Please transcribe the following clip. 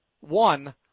One